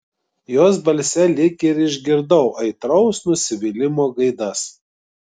jos balse lyg ir išgirdau aitraus nusivylimo gaidas